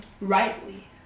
rightly